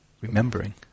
remembering